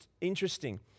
interesting